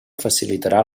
facilitarà